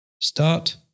Start